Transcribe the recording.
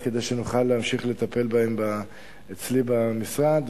כדי שנוכל להמשיך לטפל בהן אצלי במשרד,